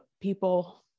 people